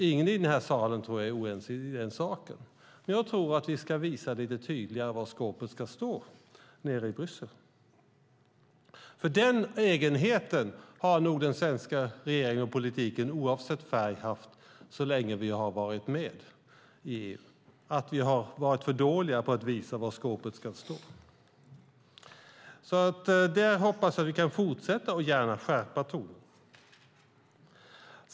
Ingen i denna sal är oense om den saken, tror jag. Men jag tror att vi ska visa lite tydligare var skåpet ska stå nere i Bryssel. Den egenheten har nämligen den svenska regeringen och politiken, oavsett färg, nog haft så länge vi har varit med i EU: Vi har varit för dåliga på att visa var skåpet ska stå. Där hoppas jag alltså att vi kan fortsätta och gärna skärpa tonen.